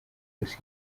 yose